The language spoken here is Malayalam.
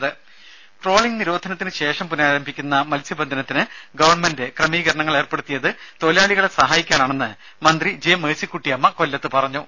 രുമ ട്രോളിങ് നിരോധനത്തിന് ശേഷം പുനരാരംഭിക്കുന്ന മത്സ്യബന്ധനത്തിന് ക്രമീകരണങ്ങൾ ഏർപ്പെടുത്തിയത് തൊഴിലാളികളെ സഹായിക്കാനാണെന്ന് മന്ത്രി ജെ മേഴ്സിക്കുട്ടിയമ്മ കൊല്ലത്ത് പറഞ്ഞു